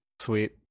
sweet